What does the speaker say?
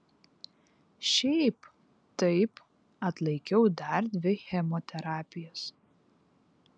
šiaip taip atlaikiau dar dvi chemoterapijas